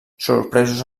sorpresos